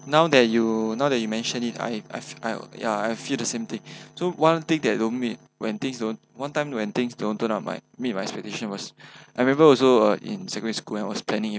now that you now that you mention it I've I've I ya I feel the same thing so one thing that don't meet when things don't one time when things don't turn out my meet my expectation was I remember also uh in secondary school and I was planning